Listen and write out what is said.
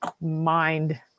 mind